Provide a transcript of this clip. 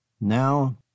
now